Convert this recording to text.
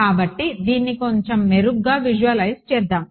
కాబట్టి దీన్ని కొంచెం మెరుగ్గా విజువలైజ్ చేద్దాం